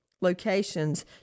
locations